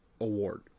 award